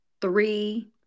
three